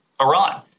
Iran